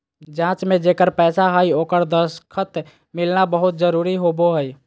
जाँच में जेकर पैसा हइ ओकर दस्खत मिलना बहुत जरूरी होबो हइ